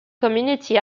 community